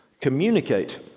communicate